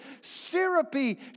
syrupy